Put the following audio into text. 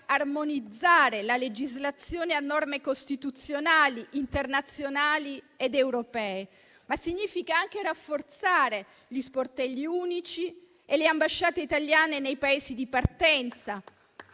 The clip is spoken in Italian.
armonizzare la legislazione a norme costituzionali, internazionali ed europee. Ma significa anche rafforzare gli sportelli unici e le ambasciate italiane nei Paesi di partenza,